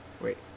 Wait